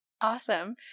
Awesome